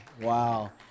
wow